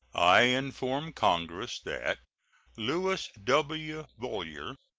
i inform congress that louis w. viollier,